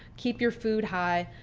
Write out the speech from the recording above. keep your food high,